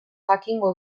jakingo